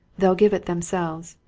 they'll give it themselves.